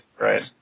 Right